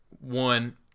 one